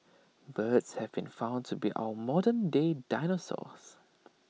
birds have been found to be our modern day dinosaurs